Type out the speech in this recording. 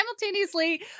Simultaneously